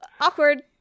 awkward